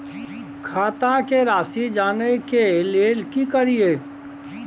खाता के राशि जानय के लेल की करिए?